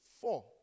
Four